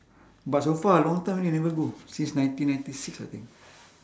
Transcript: but so far a long time already I never go since nineteen ninety six I think